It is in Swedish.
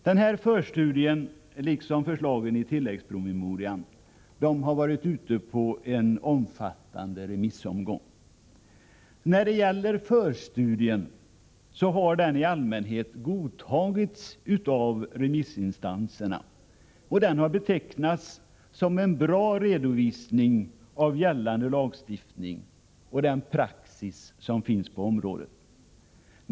Den här förstudien liksom förslagen i tilläggspromemorian har varit ute på en omfattande remissomgång. Förstudien har i allmänhet godtagits av remissinstanserna, och den har betecknats som en bra redovisning av gällande lagstiftning och den praxis som finns på området.